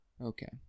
Okay